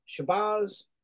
Shabazz